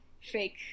fake